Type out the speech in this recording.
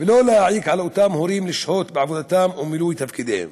ולא להעיק על אותם הורים את השהות בעבודתם ואת מילוי תפקידיהם.